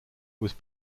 was